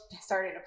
started